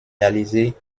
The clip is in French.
réalisés